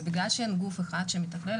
ובגלל שאין גוף אחד שמתכלל,